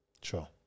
Sure